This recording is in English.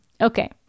Okay